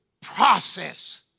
process